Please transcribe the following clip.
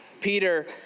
Peter